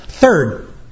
Third